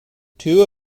two